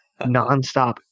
nonstop